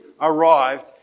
arrived